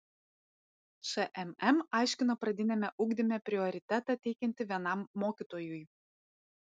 šmm aiškina pradiniame ugdyme prioritetą teikianti vienam mokytojui